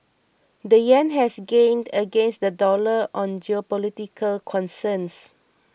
the yen has gained against the dollar on geopolitical concerns